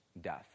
death